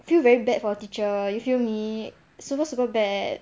feel very bad for teacher you feel me super super bad